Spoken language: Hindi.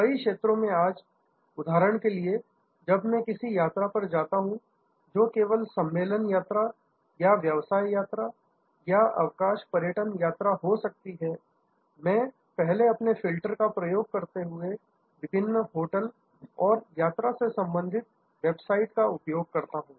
कई क्षेत्रों में आज उदाहरण के लिए जब मैं किसी भी यात्रा पर जाता हूं जो कि केवल सम्मेलन यात्रा या व्यवसाय यात्रा या अवकाश पर्यटन यात्रा हो सकती है मैं पहले अपने फिल्टर का प्रयोग करते हुए विभिन्न होटल और यात्रा से संबंधित वेबसाइट का उपयोग करता हूं